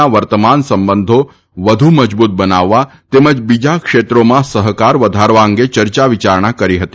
ના વર્તમાન સંબંધી વધુ મ બૂત બનાવવા ત બીજા ક્ષવ્રોમાં સહકાર વધારવા અંગ ચર્ચા વિયારણા કરી હતી